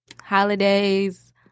holidays